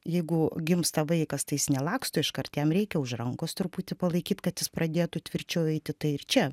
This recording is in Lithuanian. jeigu gimsta vaikas tai jis nelaksto iškart jam reikia už rankos truputį palaikyt kad jis pradėtų tvirčiau eiti tai ir čia